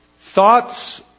Thoughts